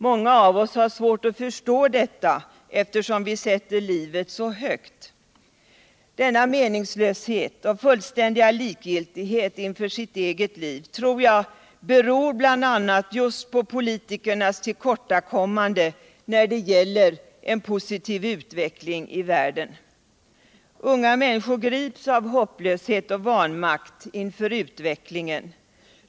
Många av oss har svårt alt förstå detta, eftersom vi sätter livet så högt. Denna meningslöshet och fullständiga likgiltighet inför sitt eget liv tror jag bl.a. beror på politikernas tillkortakommande när det gäller en positiv utveckling I världen. Unga människor grips av hopplöshet och vanmakt inför utvecklingen.